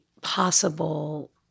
possible